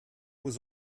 was